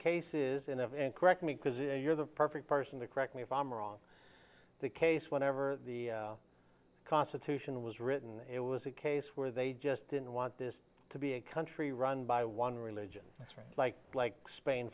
of and correct me because you're the perfect person to correct me if i'm wrong the case whenever the constitution was written it was a case where they just didn't want this to be a country run by one religion like like spain